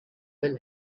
will